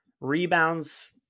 rebounds